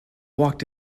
walked